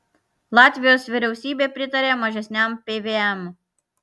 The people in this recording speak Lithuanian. latvijos vyriausybė pritarė mažesniam pvm